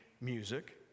music